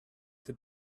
the